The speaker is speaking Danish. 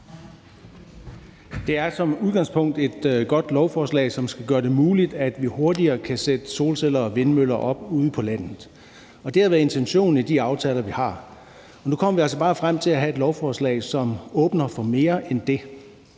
Det er som udgangspunkt et godt lovforslag, som skal gøre det muligt, at vi hurtigere kan sætte solceller og vindmøller op ude på landet, og det har været intentionen i de aftaler, vi har. Nu kommer vi altså bare frem til at have et lovforslag, som åbner for mere end det.